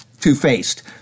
two-faced